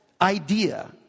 idea